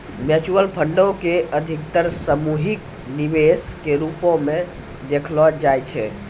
mutual फंडो के अधिकतर सामूहिक निवेश के रुपो मे देखलो जाय छै